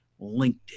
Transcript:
LinkedIn